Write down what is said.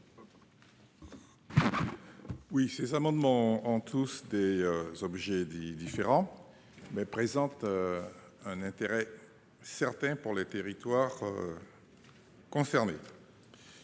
? Ces amendements ont des objets différents et présentent tous un intérêt certain pour les territoires concernés.